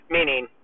Meaning